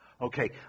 Okay